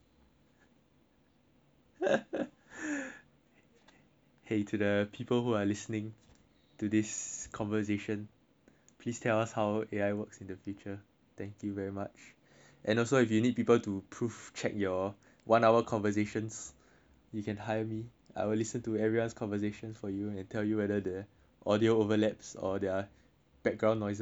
!hey! to the people who are listening to this converstation please tell us how A_I works in the future thank you very much and also if you need people to proof check your one hour conversations you can hire me I will listen to everyone's conversation for you and tell you whether the audio overlapse or there are backgound noises or not